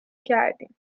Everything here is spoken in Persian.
کردیم